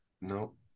no